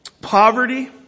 poverty